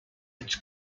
its